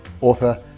Author